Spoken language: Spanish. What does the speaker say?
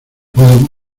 puedo